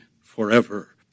forever